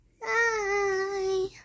Bye